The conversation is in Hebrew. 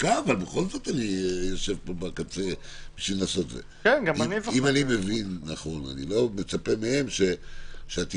אני לא מצפה מהם שכבר היום יהיה להם את הנוסח